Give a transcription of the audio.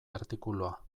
artikulua